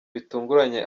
bitunguranye